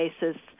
basis